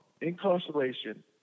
incarceration